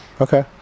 Okay